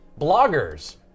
Bloggers